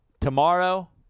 tomorrow